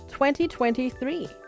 2023